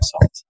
salt